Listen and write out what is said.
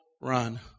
run